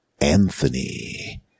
Anthony